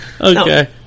Okay